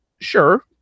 sure